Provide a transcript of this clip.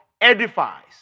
edifies